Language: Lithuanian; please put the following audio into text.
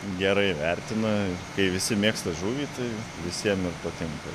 gerai vertina kai visi mėgsta žuvį tai visiem ir patinka